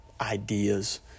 ideas